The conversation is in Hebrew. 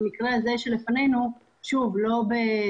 וגם במקרה שלפנינו הוא הצטרף לא בשמחה